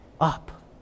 up